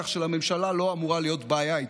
כך שלממשלה לא אמורה להיות בעיה איתה.